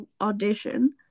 audition